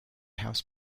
house